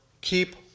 keep